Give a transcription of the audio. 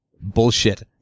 bullshit